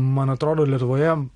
man atrodo lietuvoje